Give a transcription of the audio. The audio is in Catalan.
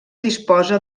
disposa